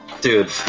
dude